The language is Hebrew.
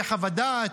תהיה חוות דעת,